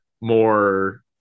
more